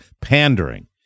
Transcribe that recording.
pandering